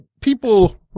people